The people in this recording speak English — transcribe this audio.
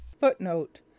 footnote